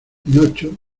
pinocho